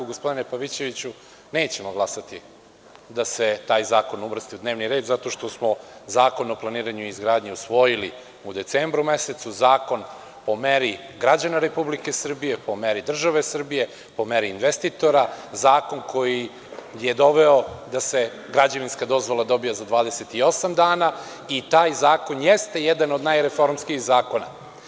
Gospodine Pavićeviću, nećemo glasati da se taj zakon uvrsti u dnevni red zato što smo Zakon o planiranju i izgradnji usvojili u decembru mesecu, zakon po meri građana Republike Srbije, po meri države Srbije, po meri investitora, zakon koji je doveo da se građevinska dozvola dobija za 28 dana i taj zakon jeste jedan od najreformskijih zakona.